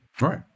Right